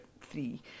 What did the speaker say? three